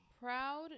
Proud